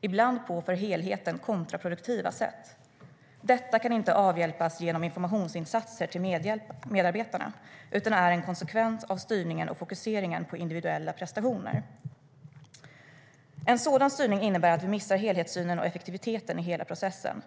ibland på för helheten kontraproduktiva sätt. Detta kan inte avhjälpas genom informationsinsatser till medarbetarna utan är en konsekvens av styrningen och fokuseringen på individuella prestationer. En sådan styrning innebär att vi missar helhetssynen och effektiviteten i hela processen.